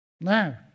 Now